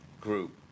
group